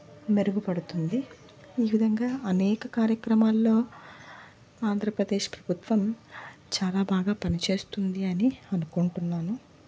మెరుగుపడుతుంది ఈ విధంగా అనేక కార్యక్రమాల్లో ఆంధ్రప్రదేశ్ ప్రభుత్వం చాలా బాగా పనిచేస్తుంది అని అనుకుంటున్నాను